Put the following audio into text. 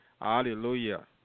hallelujah